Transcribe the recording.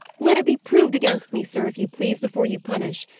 let it be proved against me, sir, if you please, before you punish.